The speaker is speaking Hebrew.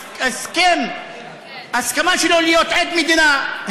ההסכמה שלו להיות עד מדינה,